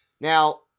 Now